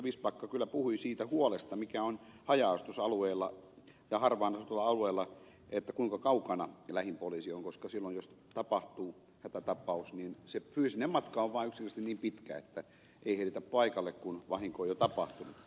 vistbacka kyllä puhui siitä huolesta mikä on haja asutusalueella ja harvaanasutulla alueella siitä kuinka kaukana lähin poliisi on koska silloin jos tapahtuu hätätapaus niin se fyysinen matka on vaan yksinkertaisesti niin pitkä että ei ehditä paikalle kun vahinko on jo tapahtunut